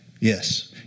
Yes